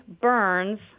burns